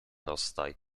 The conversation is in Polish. rozstaj